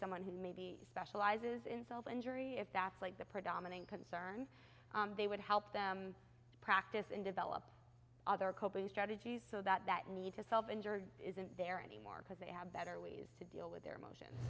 someone who maybe specializes in self injury if that's like the predominant concern they would help them practice and develop other coping strategies so that that need to self injury isn't there anymore because they have better ways to deal with their emotions